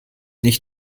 nicht